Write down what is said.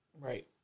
right